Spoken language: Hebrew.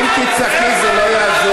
אם תצעקי זה לא יעזור,